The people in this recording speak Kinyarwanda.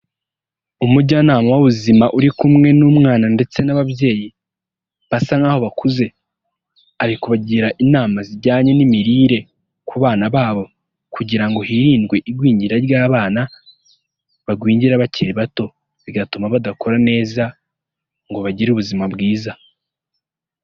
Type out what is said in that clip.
Umujyanama w'ubuzima uri kumwe n'umwana ndetse n'ababyeyi basa nkaho bakuze, ari kubagira inama zijyanye n'imirire ku bana babo kugira ngo hirindwe igwingira ry'abana bagwingira bakiri bato bigatuma badakura neza ngo bagire ubuzima bwiza.